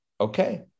okay